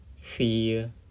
fear